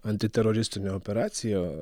antiteroristinė operacija